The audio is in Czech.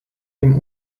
jim